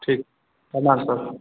ठीक प्रणाम सर